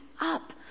up